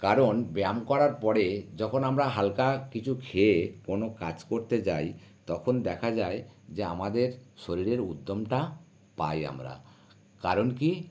কারণ ব্যায়াম করার পরে যখন আমরা হালকা কিছু খেয়ে কোনো কাজ করতে যাই তখন দেখা যায় যে আমাদের শরীরের উদ্যমটা পাই আমরা কারণ কী